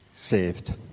saved